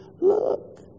Look